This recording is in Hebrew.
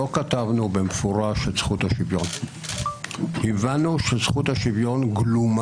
אתה לא מכניס בתוך חוק נושאים שיעוררו ויכוח גדול,